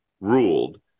ruled